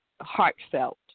heartfelt